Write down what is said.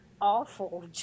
awful